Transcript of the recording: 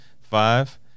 five